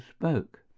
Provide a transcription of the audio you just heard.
spoke